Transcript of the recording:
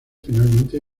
finalmente